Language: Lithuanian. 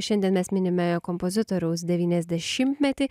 šiandien mes minime kompozitoriaus devyniasdešimtmetį